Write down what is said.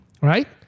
right